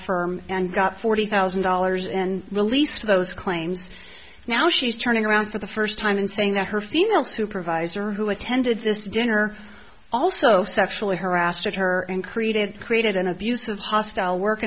firm and got forty thousand dollars and released those claims now she's turning around for the first time in saying that her female supervisor who attended this dinner also sexually harassed her and created created an abusive hostile work